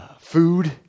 food